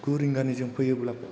गु रिंगानिजों फैयोब्ला